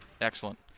Excellent